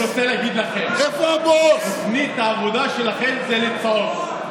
אני רוצה להגיד לכם, תוכנית העבודה שלכם זה לצעוק.